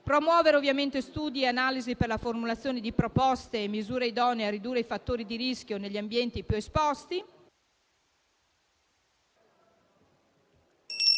promuovono, ovviamente, studi e analisi per la formulazione di proposte e misure idonee a ridurre i fattori di rischio negli ambienti più esposti.